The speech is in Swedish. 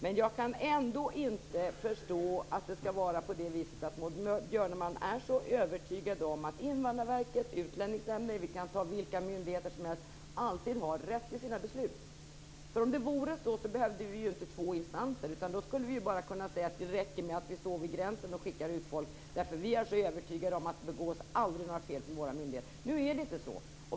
Men jag kan ändå inte förstå hur Maud Björnemalm kan vara så övertygad om att Invandrarverket, Utlänningsnämnden - vi kan ta vilka myndigheter som helst - alltid har rätt i sina beslut. Om det vore så behövde vi ju inte två instanser. Då skulle vi kunna säga att det räcker att vi står vid gränsen och skickar ut folk, därför att vi är övertygade om att det aldrig begås några fel av våra myndigheter. Nu är det inte så.